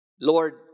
Lord